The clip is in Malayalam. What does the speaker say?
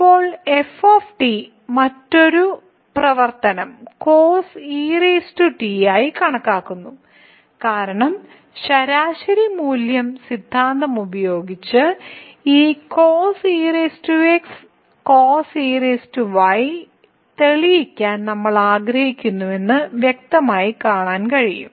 ഇപ്പോൾ f മറ്റൊരു പ്രവർത്തനം cos et ആയി കണക്കാക്കുന്നു കാരണം ശരാശരി മൂല്യം സിദ്ധാന്തം ഉപയോഗിച്ച് ഈ y തെളിയിക്കാൻ നമ്മൾ ആഗ്രഹിക്കുന്നുവെന്ന് വ്യക്തമായി കാണാൻ കഴിയും